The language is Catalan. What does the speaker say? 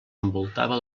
envoltava